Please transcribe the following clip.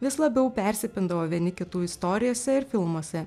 vis labiau persipindavo vieni kitų istorijose ir filmuose